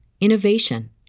innovation